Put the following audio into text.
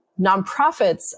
Nonprofits